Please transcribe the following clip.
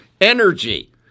Energy